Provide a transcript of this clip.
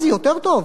זה יותר טוב,